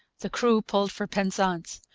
the crew pulled for penzance,